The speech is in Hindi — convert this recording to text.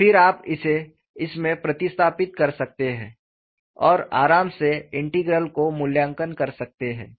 फिर आप इसे इसमें प्रतिस्थापित कर सकते हैं और आराम से इंटीग्रल को मूल्यांकन कर सकते हैं